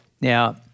Now